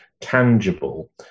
tangible